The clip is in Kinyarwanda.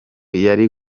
yari